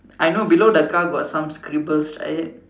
I know below the car got some scribbles right